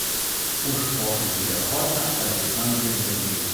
už pokalbį dėkojame aleksandrui rimdžiui